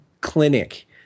clinic